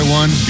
one